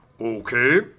Okay